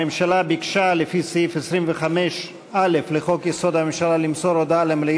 הממשלה ביקשה, לפי סעיף 25(א) לחוק-יסוד: הממשלה,